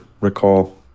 recall